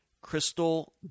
Crystal